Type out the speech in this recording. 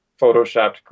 photoshopped